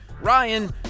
Ryan